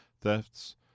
thefts